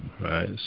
right